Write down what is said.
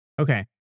Okay